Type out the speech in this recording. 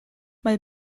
mae